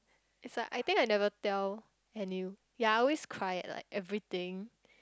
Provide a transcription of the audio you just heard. it's like I think I never tell Henew yea I always cry at like everything